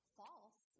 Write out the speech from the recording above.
false